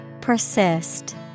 Persist